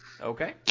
okay